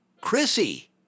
Chrissy